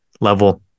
level